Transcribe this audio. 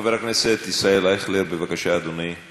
חבר הכנסת ישראל אייכלר, בבקשה, אדוני.